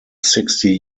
sixty